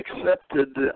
accepted